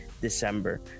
december